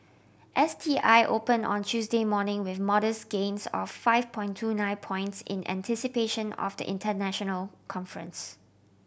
S T I open on Tuesday morning with modest gains of five point two nine points in anticipation of the international conference